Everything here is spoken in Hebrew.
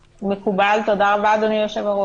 מקובל, תודה רבה, אדוני יושב-הראש.